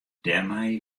dêrmei